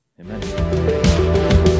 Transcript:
Amen